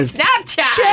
Snapchat